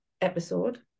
episode